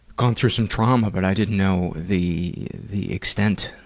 gone through some trauma but i didn't know the the extent